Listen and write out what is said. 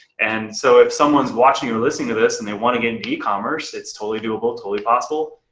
and so if someone's watching or listening to this and they wanna get get e-commerce, it's totally doable, totally possible.